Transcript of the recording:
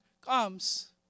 comes